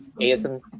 ASM